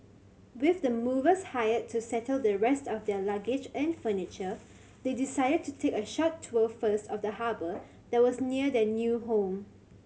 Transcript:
with the movers hired to settle the rest of their luggage and furniture they decided to take a short tour first of the harbour that was near their new home